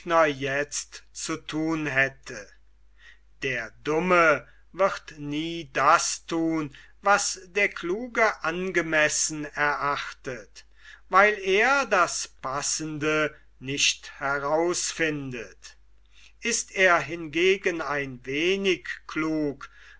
jetzt zu thun hätte der dumme wird nie das thun was der kluge angemessen erachtet weil er das passende nicht herausfindet ist er hingegen ein wenig klug